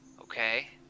Okay